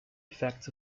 effects